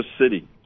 city